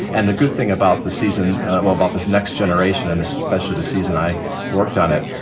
and the good thing about the season well, about the next generation, and especially the season i worked on it,